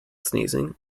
sneezing